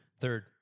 Third